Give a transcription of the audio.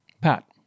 Pat